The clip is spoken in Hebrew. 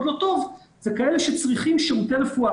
לא טוב זה כאלה שצריכים שירותי רפואה,